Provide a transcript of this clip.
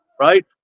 right